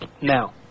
Now